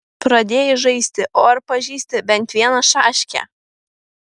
pradėjai žaisti o ar pažįsti bent vieną šaškę